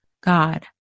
God